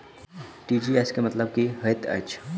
TGS केँ मतलब की हएत छै?